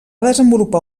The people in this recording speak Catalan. desenvolupar